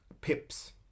Pips